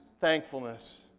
thankfulness